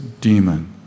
demon